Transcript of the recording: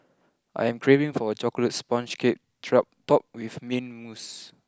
I am craving for a chocolate sponge cake top with mint mousse